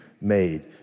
made